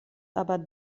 aber